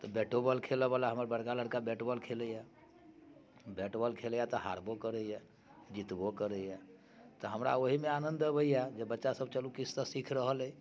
तऽ बैटो बॉल खेलयवला हमर बड़का लड़का बैट बॉल खेलैए बैट बॉल खेलैए तऽ हारबो करैए जितबो करैए तऽ हमरा ओहीमे आनन्द अबैए जे बच्चासभ चलू किछु तऽ सीख रहल अइ